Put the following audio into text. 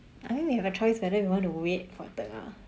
I mean we have a choice whether we wanna wait for tengah